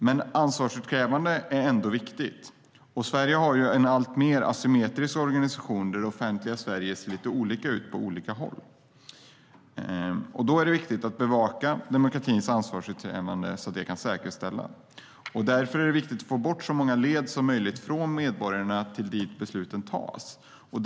Men ansvarsutkrävande är ändå viktigt. Sverige har en alltmer asymmetrisk organisation, där det offentliga Sverige ser lite olika ut på olika håll. Då är det viktigt att bevaka ansvarsutkrävandet så att demokratin kan säkerställas och att få bort så många led som möjligt mellan medborgarna och dem som fattar besluten.